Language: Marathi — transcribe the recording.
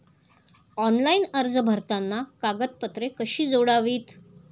ऑनलाइन अर्ज भरताना कागदपत्रे कशी जोडावीत?